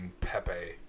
Pepe